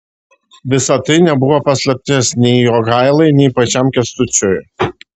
visa tai nebuvo paslaptis nei jogailai nei pačiam kęstučiui